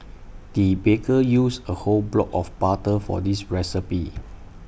the baker used A whole block of butter for this recipe